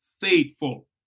faithful